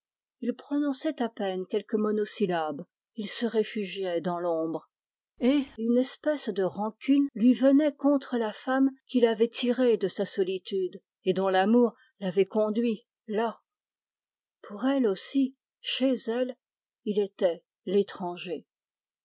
il prononçait à peine quelques monosyllabes il se réfugiait des l'ombre et une espèce de rancune lui venait contre la femme qui l'avait tiré de sa solitude et dont l'amour l'avait conduit là pour elle aussi chez elle il était l'étranger